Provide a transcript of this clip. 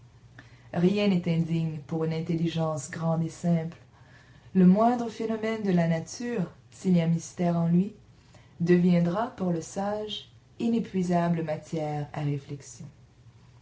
rien n'est indigne pour une intelligence grande et simple le moindre phénomène de la nature s'il y a mystère en lui deviendra pour le sage inépuisable matière à réflexion